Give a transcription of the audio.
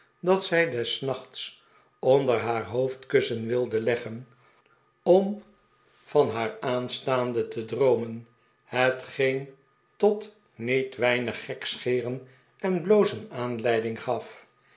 dat zij des nachts onder haar hoofdkussen wilde leggen om van haar aanstaande te droomen hetgeen tot niet weinig gekscheren en blozen aanleiding gaf